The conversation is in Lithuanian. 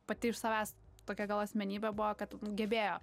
pati iš savęs tokia gal asmenybė buvo kad gebėjo